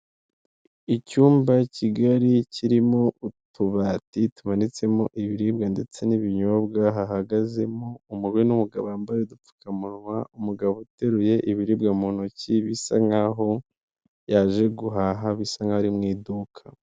Icyumba kigari kirimo utubati tumanitsemo ibiribwa ndetse n'ibinyobwa, hahagazemo umugore n'umugabo bambaye udupfukamunwa, umugabo uteruye ibiribwa mu ntoki bisa nk'aho yaje guhaha bisa nk'aho ari mu iduka.